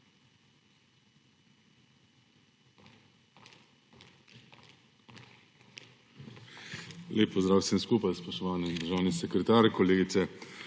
Lep pozdrav vsem skupaj, spoštovani državni sekretar, kolegice